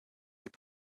you